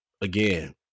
again